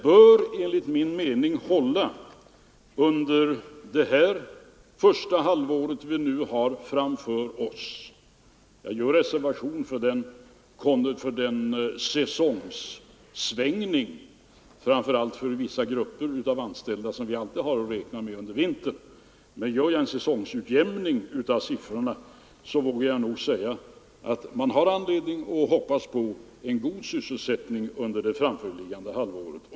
Med reservation för den säsongssvängning vi alltid har att räkna med framför allt för vissa grupper av anställda under vintern har vi anledning att hoppas på god sysselsättning under framförliggande halvår.